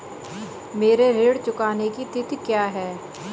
मेरे ऋण चुकाने की तिथि क्या है?